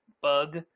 bug